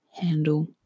handle